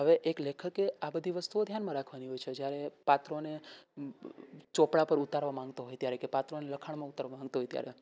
હવે એક લેખકે આ બધી વસ્તુઓ ધ્યાનમાં રાખવાની હોય છે જયારે પાત્રોને ચોપડા પર ઉતારવા માંગતો હોય ત્યારે કે પાત્રોને લખાણમાં ઉતારવા માંગતો હોય ત્યારે